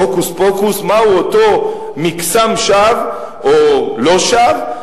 מהו אותו מקסם שווא או לא שווא,